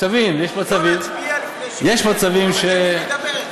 לא נצביע לפני, שתבין, יש מצבים, שייתנו לי לדבר.